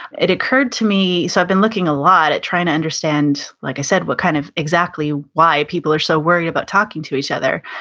it occurred to me, so, i've been looking a lot at trying to understand, like i said what kind of, exactly why people are so worried about talking to each other.